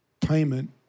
payment